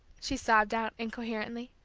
she sobbed out, incoherently.